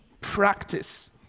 practice